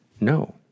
No